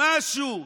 משהו,